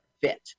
fit